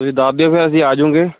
ਤੁਸੀਂ ਦੱਸ ਦਿਓ ਫਿਰ ਅਸੀਂ ਆਜੂਂਗੇ